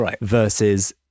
versus